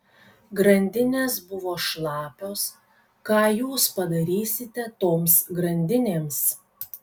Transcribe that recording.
grandinės buvo šlapios ką jūs padarysite toms grandinėms